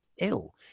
ill